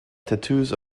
tattoos